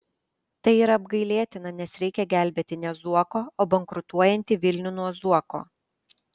tai yra apgailėtina nes reikia gelbėti ne zuoką o bankrutuojantį vilnių nuo zuoko